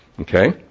Okay